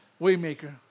Waymaker